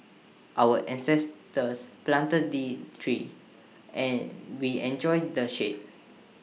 our ancestors planted the trees and we enjoy the shade